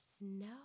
No